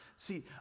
See